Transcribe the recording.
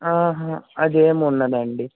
ఆహా అదేముండదండి